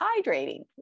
hydrating